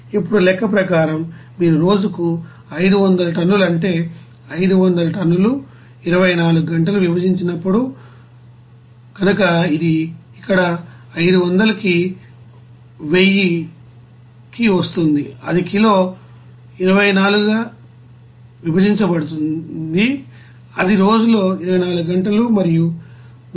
ఇప్పుడు లెక్క ప్రకారం మీరు రోజుకు 500 టన్నులు అంటే 500 టన్నులు 24 గంటలు విభజించి నప్పుడు కనుక ఇది ఇక్కడ 500 కి 1000 కి వస్తుంది అది కిలో 24 గా విభజించబడింది అది రోజులో 24 గంటలు మరియు 120